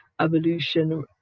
evolution